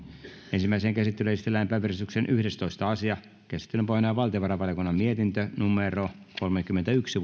ensimmäiseen käsittelyyn esitellään päiväjärjestyksen yhdestoista asia käsittelyn pohjana on valtiovarainvaliokunnan mietintö kolmekymmentäyksi